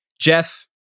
Jeff